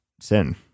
sin